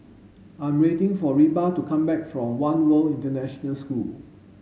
I'm waiting for Reba to come back from One World International School